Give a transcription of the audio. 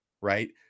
right